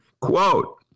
Quote